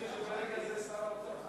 יש שאילתות לסגן שר האוצר.